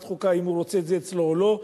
חוקה אם הוא רוצה את זה אצלו או לא,